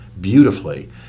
beautifully